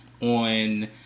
on